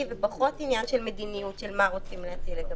ופחות עניין של מדיניות של מה רוצים להטיל.